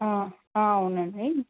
అవునండి